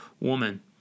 woman